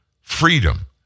freedom